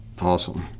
awesome